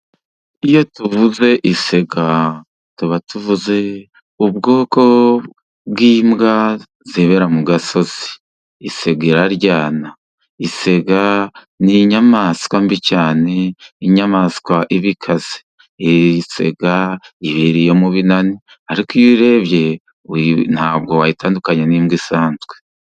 Iyo tuvuze isega, tuba tuvuze ubwoko bw'imbwa zibera mu gasozi. Isega iraryana, isega ni inyamaswa mbi cyane, inyamaswa iba ikaze. Isega yibera iyo mu binani. Ariko iyo urebye nta bwo wayitandukanya n'imbwa isanzwe.